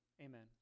amen